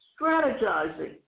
strategizing